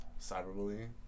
Cyberbullying